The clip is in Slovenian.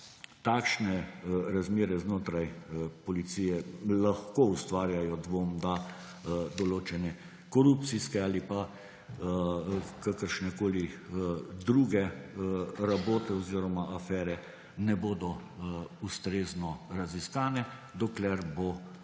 takšne razmere znotraj Policije lahko ustvarjajo dvom, da določene korupcijske ali pa kakršnekoli druge rabote oziroma afere ne bodo ustrezno raziskane, dokler bo